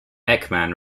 ekman